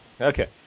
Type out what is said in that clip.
Okay